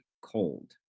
cold